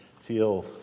feel